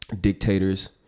dictators